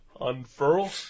Unfurl